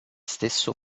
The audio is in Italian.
stesso